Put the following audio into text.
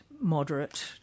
Moderate